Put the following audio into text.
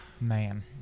Man